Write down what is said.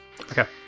Okay